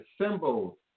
symbols